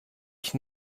ich